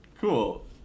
cool